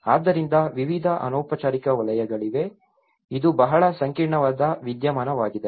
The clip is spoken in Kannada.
ಆದ್ದರಿಂದ ವಿವಿಧ ಅನೌಪಚಾರಿಕ ವಲಯಗಳಿವೆ ಇದು ಬಹಳ ಸಂಕೀರ್ಣವಾದ ವಿದ್ಯಮಾನವಾಗಿದೆ